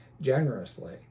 generously